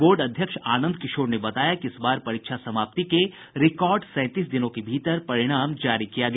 board अध्यक्ष आनंद किशोर ने बताया कि इस बार परीक्षा समाप्ति के रिकॉर्ड सैंतीस दिनों के भीतर परिणाम जारी किया गया